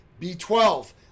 B12